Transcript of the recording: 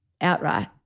outright